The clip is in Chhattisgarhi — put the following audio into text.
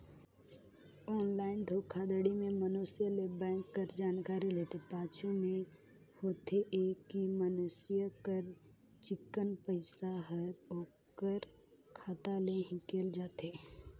ऑनलाईन धोखाघड़ी में मइनसे ले बेंक कर जानकारी लेथे, पाछू में होथे ए कि मइनसे कर चिक्कन पइसा हर ओकर खाता ले हिंकेल जाथे